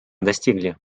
достигли